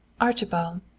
Archibald